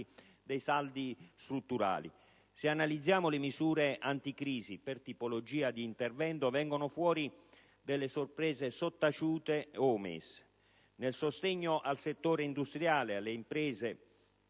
dei saldi strutturali. Se analizziamo le misure anticrisi per tipologia di intervento vengono fuori delle sorprese sottaciute o omesse. Nel sostegno al settore industriale, alle imprese,